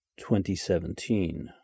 2017